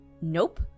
nope